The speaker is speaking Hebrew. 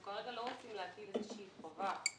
אנחנו כרגע לא רוצים להטיל איזושהי חובה.